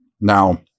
Now